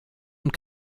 und